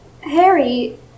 Harry